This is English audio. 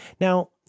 Now